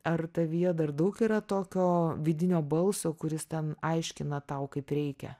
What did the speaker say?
ar tavyje dar daug yra tokio vidinio balso kuris ten aiškina tau kaip reikia